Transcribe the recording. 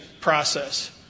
process